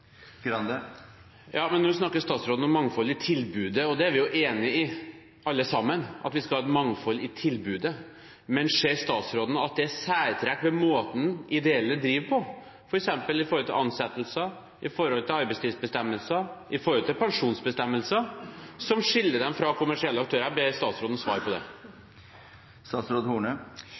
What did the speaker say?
Nå snakker statsråden om mangfoldet i tilbudet, og det er vi enig i alle sammen, at vi skal ha mangfold i tilbudet. Men ser statsråden at det er særtrekk ved måten de ideelle driver på, f.eks. når det gjelder ansettelser, arbeidstidsbestemmelser, pensjonsbestemmelser, som skiller dem fra kommersielle aktører? Jeg ber statsråden svare på det.